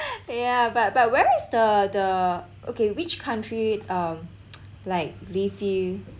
ya but but where is the the okay which country um like leave you